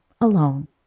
alone